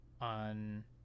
on